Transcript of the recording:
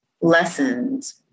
Lessons